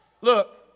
Look